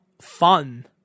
fun